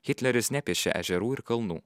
hitleris nepiešė ežerų ir kalnų